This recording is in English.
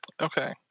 okay